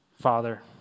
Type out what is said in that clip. Father